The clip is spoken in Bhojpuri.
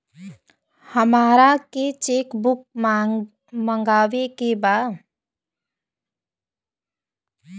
हमारा के चेक बुक मगावे के बा?